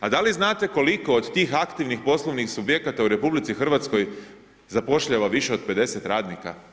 A da li znate koliko od tih aktivnih poslovnih subjekata u RH zapošljava više od 50 radnika?